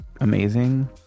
amazing